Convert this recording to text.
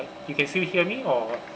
you can still hear me or what